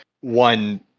One